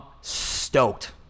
stoked